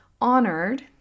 honored